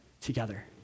together